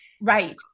right